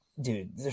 dude